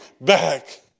back